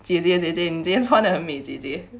姐姐姐姐你今天穿的很美姐姐